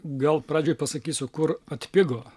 gal pradžiai pasakysiu kur atpigo